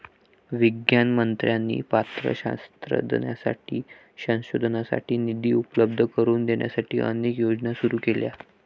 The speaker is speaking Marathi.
विज्ञान मंत्र्यांनी पात्र शास्त्रज्ञांसाठी संशोधनासाठी निधी उपलब्ध करून देण्यासाठी अनेक योजना सुरू केल्या